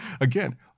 again